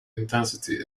intensity